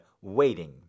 waiting